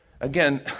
again